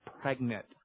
pregnant